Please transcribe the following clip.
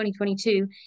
2022